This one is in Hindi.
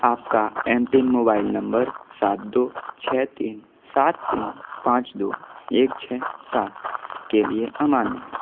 आपका एमपिन मोबाइल नम्बर सात दो छः तीन सात तीन पाँच दो एक छः सात के लिए अमान्य है